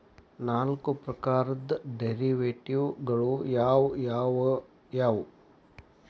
ನಾಲ್ಕ್ ಪ್ರಕಾರದ್ ಡೆರಿವೆಟಿವ್ ಗಳು ಯಾವ್ ಯಾವವ್ಯಾವು?